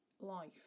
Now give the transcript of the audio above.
life